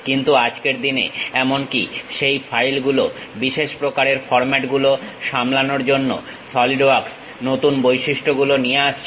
কিন্তু আজকের দিনে এমনকি সেই ফাইল গুলো বিশেষ প্রকারের ফর্মাট গুলো সামলানোর জন্য সলিড ওয়ার্কস নতুন বৈশিষ্ট্য গুলো নিয়ে আসছে